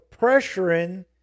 pressuring